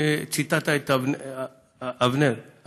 וציטטת את אבינרי,